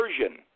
version